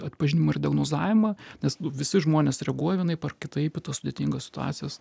atpažinimą ir diagnozavimą nes nu visi žmonės reaguoja vienaip ar kitaip į tas sudėtingas situacijas